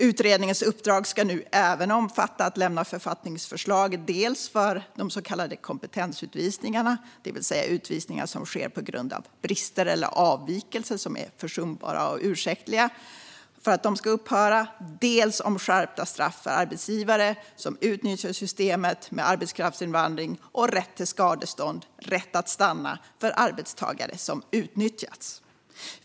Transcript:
Utredningens uppdrag ska nu även omfatta att lämna författningsförslag dels för att de så kallade kompetensutvisningarna, det vill säga utvisningar som sker på grund av brister eller avvikelser som är försumbara och ursäktliga, ska upphöra, dels om skärpta straff för arbetsgivare som utnyttjar systemet med arbetskraftsinvandring samt rätt till skadestånd och rätt att stanna för arbetstagare som utnyttjats.